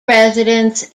residents